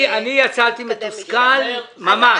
אני יצאתי מתוסכל ממש.